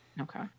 Okay